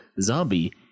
Zombie